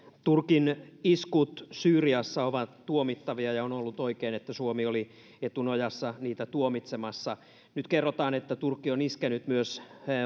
turkin iskut syyriassa ovat tuomittavia ja on ollut oikein että suomi oli etunojassa niitä tuomitsemassa nyt kerrotaan että turkki on iskenyt myös